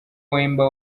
wemba